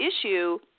issue